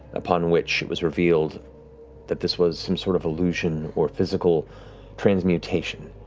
upon which it was revealed that this was some sort of illusion or physical transmutation.